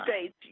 states